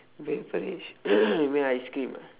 beverage ice cream ah